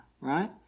right